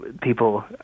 people